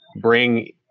bring